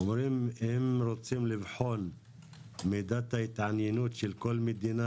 אומרים אם רוצים לבחון מידת ההתעניינות של כל מדינה